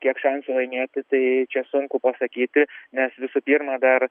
kiek šansų laimėti tai čia sunku pasakyti nes visų pirma dar